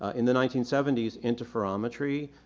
in the nineteen seventy s, interferometry,